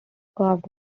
carved